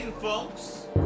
folks